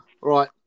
Right